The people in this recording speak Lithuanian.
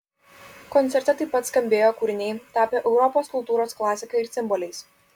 koncerte taip pat skambėjo kūriniai tapę europos kultūros klasika ir simboliais